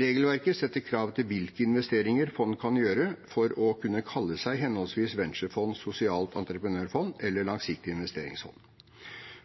Regelverket setter krav til hvilke investeringer fond kan gjøre for å kunne kalle seg henholdsvis venturefond, sosialt entreprenørfond eller langsiktig investeringsfond.